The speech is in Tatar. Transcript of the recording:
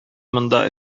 монда